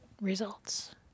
results